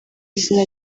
izina